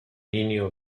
niño